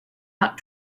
out